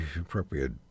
appropriate